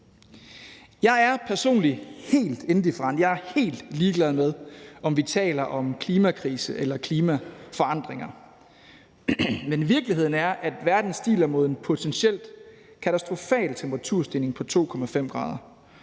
Jeg er personligt helt indifferent, jeg er helt ligeglad med, om vi taler om klimakrise eller klimaforandringer. Men virkeligheden er, at verden stiler mod en potentielt katastrofal temperaturstigning på 2,5 grader.